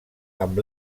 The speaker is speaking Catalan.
amb